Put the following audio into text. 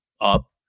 up